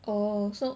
oh so